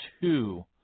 two